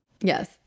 Yes